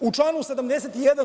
U članu 71.